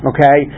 Okay